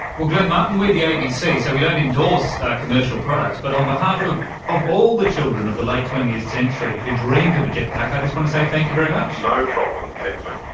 well, glenn martin, we are the abc so we don't endorse commercial products, but on behalf of of all the children of the late twentieth century who dreamed of a jet pack, i just want to say thank you very much. no problems antony